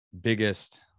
biggest